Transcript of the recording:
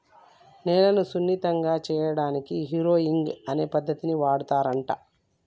నేలను సున్నితంగా సేయడానికి హారొయింగ్ అనే పద్దతిని వాడుతారంట